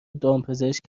دامپزشک